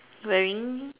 wearing